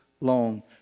long